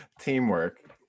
teamwork